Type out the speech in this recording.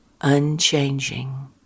unchanging